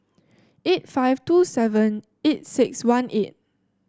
eight five two seven eight six one eight